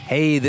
Hey